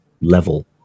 level